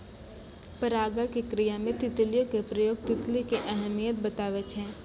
परागण के क्रिया मे तितलियो के प्रयोग तितली के अहमियत बताबै छै